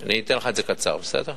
אני אתן לך את זה קצר, בסדר?